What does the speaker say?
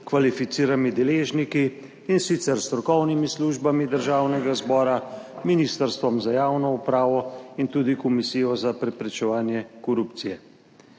kvalificiranimi deležniki, in sicer s strokovnimi službami Državnega zbora, Ministrstvom za javno upravo in tudi Komisijo za preprečevanje korupcije.